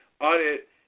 audit